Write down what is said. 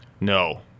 No